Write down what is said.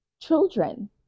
children